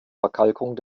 verkalkung